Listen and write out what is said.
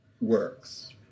works